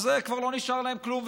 אז כבר לא נשאר להם כלום,